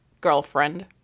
Girlfriend